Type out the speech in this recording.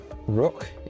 Rook